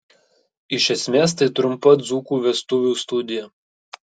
iš esmės tai trumpa dzūkų vestuvių studija